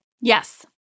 Yes